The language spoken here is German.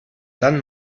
dann